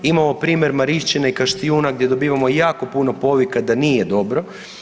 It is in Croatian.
Imamo primjer Marišćine i Kaštijuna gdje dobivamo jako puno povika da nije dobro.